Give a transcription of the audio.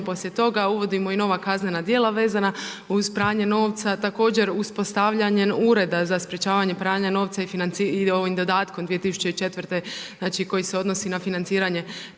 poslije toga uvodimo i nova kaznena djela vezana uz pranje novca, također uspostavljanjem Ureda za sprječavanje pranja novca i ovim dodatkom 2004. znači koji se odnosi na financiranje